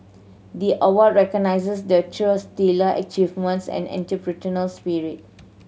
the award recognises the trio's stellar achievements and entrepreneurial spirit